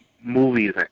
movies